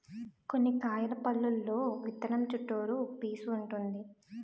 కొన్ని కాయల పల్లులో విత్తనం చుట్టూ పీసూ వుంటుంది